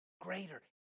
Greater